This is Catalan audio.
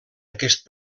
aquest